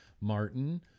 Martin